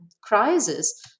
crisis